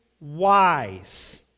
wise